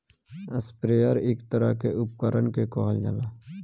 sprayer एक तरह के उपकरण के कहल जाला